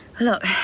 Look